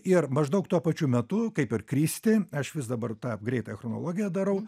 ir maždaug tuo pačiu metu kaip ir kristi aš vis dabar tą greitąją chronologiją darau